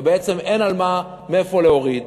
ובעצם אין מאיפה להוריד.